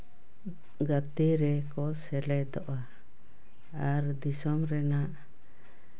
ᱜᱟᱛᱮ ᱨᱮᱠᱚ ᱥᱮᱞᱮᱫᱚᱜᱼᱟ ᱟᱨ ᱫᱤᱥᱚᱢ ᱨᱮᱱᱟᱜ